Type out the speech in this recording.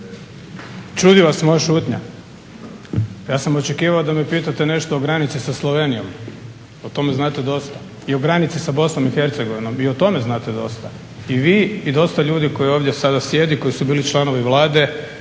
Čudi vas moja šutnja? Ja sam očekivao da me pitate nešto o granici sa Slovenijom, o tome znate dosta. I o granici sa Bosnom i Hercegovinom, i o tome znate dosta. I vi i dosta ljudi koji ovdje sada sjedi, koji su bili članovi Vlade,